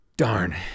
darn